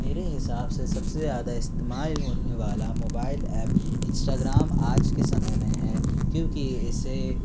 मेरे हिसाब से सबसे ज़्यादा इस्तेमाल होने वाला मोबाईल एप इंस्टाग्राम आज के समय में है क्योंकि इसे